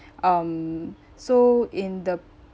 um so in the